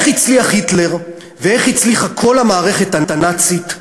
איך הצליח היטלר ואיך הצליחה כל המערכת הנאצית,